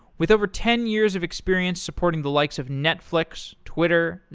with over ten years of experience supporting the likes of netflix, twitter,